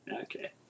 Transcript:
Okay